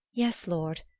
yes, lord,